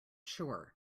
sure